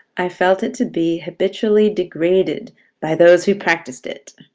i felt it to be habitually degraded by those who practiced it.